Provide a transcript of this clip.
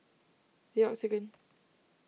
the Octagon